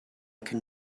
can